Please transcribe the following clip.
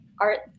art